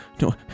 no